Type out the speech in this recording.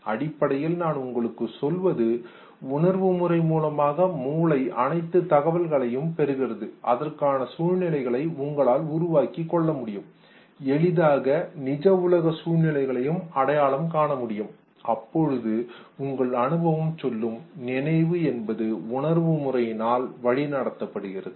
அடிப்படையில் நான் உங்களுக்கு சொல்வது உணர்வு முறை மூலமாக மூளை அனைத்து தகவல்களையும் பெறுகிறது அதற்கான சூழ்நிலைகளை உங்களால் உருவாக்கிக்கொள்ள முடியும் எளிதாக நிஜ உலக சூழ்நிலைகளையும் அடையாளம் காணமுடியும் அப்பொழுது உங்கள் அனுபவம் சொல்லும் நினைவு என்பது உணர்வு முறையினால் வழி நடத்தப்படுகிறது என்று